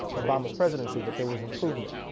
obama's presidency that, there was improvement.